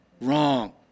wrong